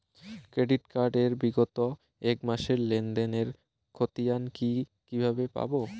Credit card এর বিগত এক মাসের লেনদেন এর ক্ষতিয়ান কি কিভাবে পাব?